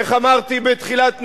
איך אמרתי בתחילת נאומי?